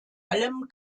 allem